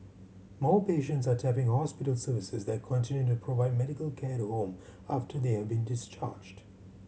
more patients are tapping hospital services that continue to provide medical care at home after they have been discharged